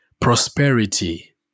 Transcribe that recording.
prosperity